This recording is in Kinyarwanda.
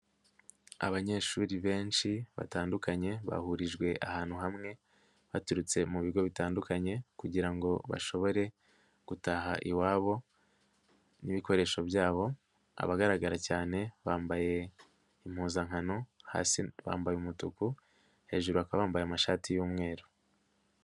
Abanyeshuri benshi batandukanye, bahurijwe ahantu hamwe, baturutse mu bigo bitandukanye kugira ngo bashobore gutaha iwabo n'ibikoresho byabo, abagaragara cyane bambaye impuzankano, hasi bambaye umutuku, hejuru bakaba bambaye amashati y'umweru.